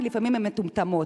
כי לפעמים הן מטומטמות.